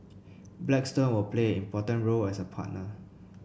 Blackstone will play important role as a partner